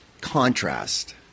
contrast